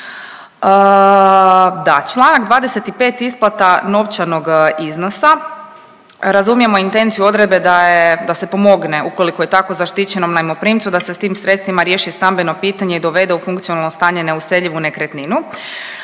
Da, čl. 25. isplata novčanog iznosa. Razumijemo intenciju odredbe da je, da se pomogne ukoliko je tako zaštićenom najmoprimcu, da se s tim sredstvima riješi stambeno pitanje i dovede u funkcionalno stanje neuseljivu nekretnine.